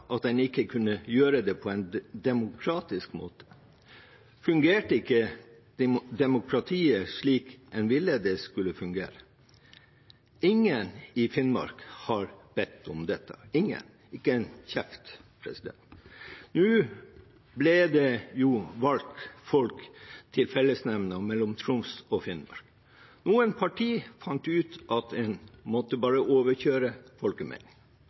at en ikke kunne gjøre det på en demokratisk måte? Fungerte ikke demokratiet slik en ville det skulle fungere? Ingen i Finnmark har bedt om dette – ingen – ikke en kjeft. Det ble valgt folk til fellesnemnda for Troms og Finnmark. Noen partier fant ut at en bare måtte overkjøre